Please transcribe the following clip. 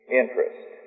interest